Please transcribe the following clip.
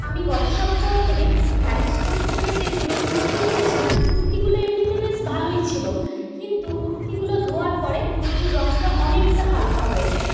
আমি গত সপ্তাহ থেকে ভ্যালু স্টোর থেকে যে দুটো কুর্তি কিনেছিলাম কুর্তিগুলো এমনিতে বেশ ভালোই ছিল কিন্তু কুর্তিগুলো ধোওয়ার পরে কুর্তির রঙটা অনেকটা হালকা হয়ে যায়